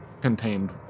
contained